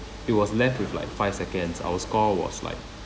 it was left with like five seconds our score was like